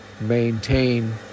maintain